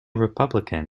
republican